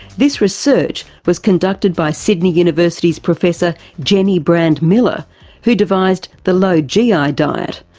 this research was conducted by sydney university's professor jennie brand-miller who devised the low gi ah diet,